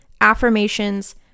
affirmations